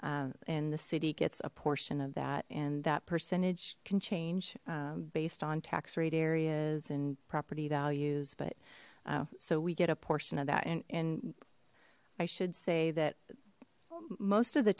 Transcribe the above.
and the city gets a portion of that and that percentage can change based on tax rate areas and property values but so we get a portion of that and i should say that most of the